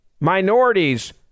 minorities